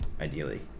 ideally